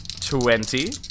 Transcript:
Twenty